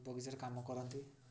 ବଗିଚାରେ କାମ କରନ୍ତି